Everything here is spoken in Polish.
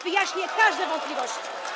Wyjaśnię każde wątpliwości.